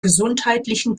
gesundheitlichen